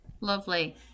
Lovely